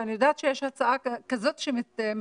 ואני יודעת שיש הצעה כזאת שמתגבשת,